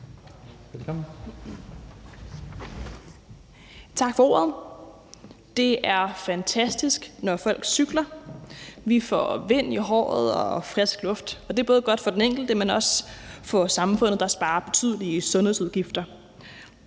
Tak for ordet. Det er fantastisk, når folk cykler. Vi får vind i håret og frisk luft. Og det er både godt for den enkelte, men også for vores samfund, der sparer betydelige sundhedsudgifter.